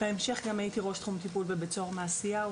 בהמשך גם הייתי ראש תחום טיפול בבית סוהר מעשיהו,